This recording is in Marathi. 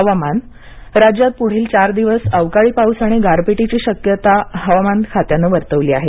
हवामान राज्यात पुढील चार दिवस अवकाळी पाऊस आणि गारपीटीची शक्यता हवामान खात्याने वर्तवली आहे